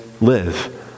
live